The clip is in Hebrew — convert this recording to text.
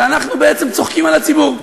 שאנחנו צוחקים על הציבור.